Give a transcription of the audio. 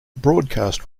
broadcast